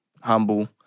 humble